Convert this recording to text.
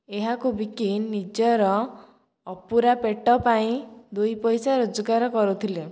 ଏହାକୁ ବିକି ନିଜର ଅପୁରା ପେଟ ପାଇଁ ଦୁଇ ପଇସା ରୋଜଗାର କରୁଥିଲେ